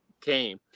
came